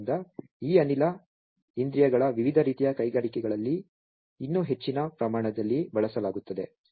ಆದ್ದರಿಂದ ಈ ಅನಿಲ ಇಂದ್ರಿಯಗಳ ವಿವಿಧ ರೀತಿಯ ಕೈಗಾರಿಕೆಗಳಲ್ಲಿ ಇನ್ನೂ ಹೆಚ್ಚಿನ ಪ್ರಮಾಣದಲ್ಲಿ ಬಳಸಲಾಗುತ್ತದೆ